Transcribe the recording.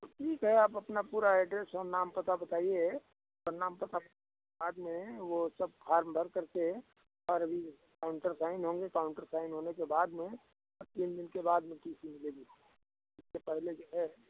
तो ठीक है आप अपना पूरा एड्रेस और नाम पता बताइए और नाम पता बाद में वो सब फार्म भरकर के और अभी काउन्टर साइन होंगे काउन्टर साइन होने के बाद में तीन दिन के बाद में टी सी मिलेगी उससे पहले जो है